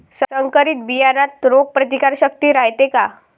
संकरित बियान्यात रोग प्रतिकारशक्ती रायते का?